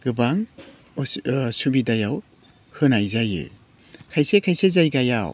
गोबां उसु सुबिदायाव होनाय जायो खायसे खायसे जायगायाव